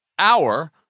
hour